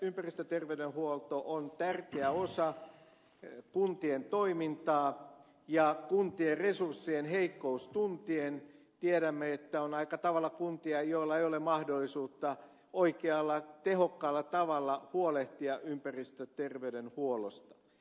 ympäristöterveydenhuolto on tärkeä osa kuntien toimintaa ja kuntien resurssien heikkouden tuntien tiedämme että on aika tavalla kuntia joilla ei ole mahdollisuutta oikealla tehokkaalla tavalla huolehtia ympäristöterveydenhuollosta